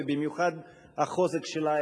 ובמיוחד החוזק שלה,